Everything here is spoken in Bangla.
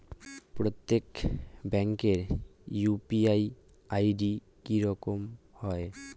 প্রত্যেক ব্যাংকের ইউ.পি.আই আই.ডি কি একই হয়?